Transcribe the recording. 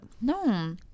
No